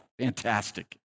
Fantastic